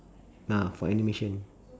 ah for animation